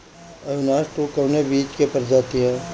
Avinash two कवने बीज क प्रजाति ह?